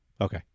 okay